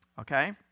okay